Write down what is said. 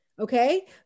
Okay